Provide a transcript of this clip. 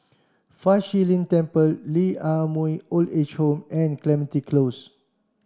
Fa Shi Lin Temple Lee Ah Mooi Old Age Home and Clementi Close